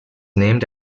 named